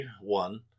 one